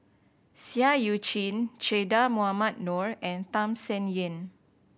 Seah Eu Chin Che Dah Mohamed Noor and Tham Sien Yen